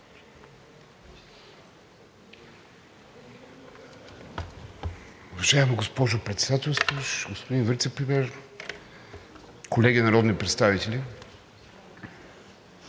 Уважаема госпожо Председателстващ, господин Вицепремиер, колеги народни представители!